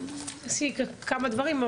עשיתי כמה דברים,